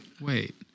Wait